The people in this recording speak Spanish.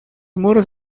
muros